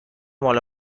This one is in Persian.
مال